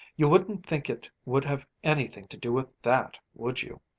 you wouldn't think it would have anything to do with that, would you?